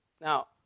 Now